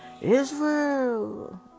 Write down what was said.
Israel